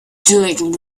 delighted